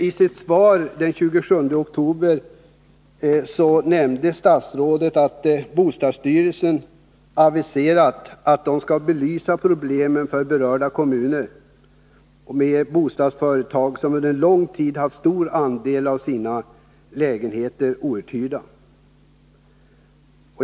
I sitt svar den 27 oktober nämnde statsrådet att bostadsstyrelsen aviserat att den skulle belysa problemen för de kommuner och bostadsföretag som under lång tid haft en stor del av sina lägenheter outhyrda.